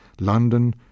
London